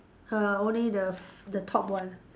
uh only the f~ the top one